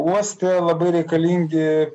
uoste labai reikalingi